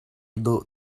dawh